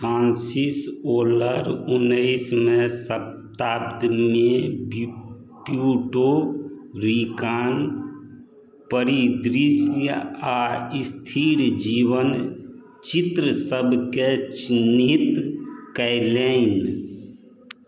Francis Oller इंग्लिशमे शताब्दीमे बि प्यूर्टो रिकान परिदृश्य आ स्थिर जीवन चित्रसबकेँ चिन्हित कयलनि